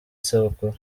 isabukuru